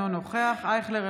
אינו נוכח ישראל אייכלר,